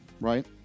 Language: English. right